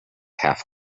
half